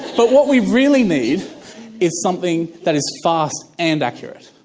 but what we really need is something that is fast and accurate.